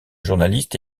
journaliste